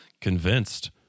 convinced